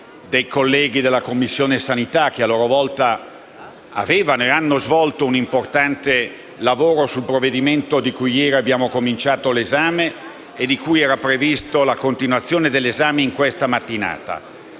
dei colleghi della Commissione sanità che, a loro volta, avevano e hanno svolto un importante lavoro sul provvedimento di cui ieri abbiamo cominciato l'esame e di cui era prevista la continuazione questa mattina.